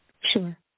Sure